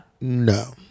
no